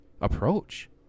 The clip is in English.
approach